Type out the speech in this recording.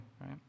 right